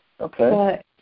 Okay